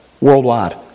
Worldwide